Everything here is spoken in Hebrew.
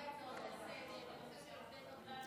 אתה יודע מה אבסורד, חבר הכנסת רול,